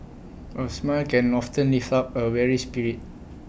A smile can often lift up A weary spirit